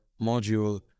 module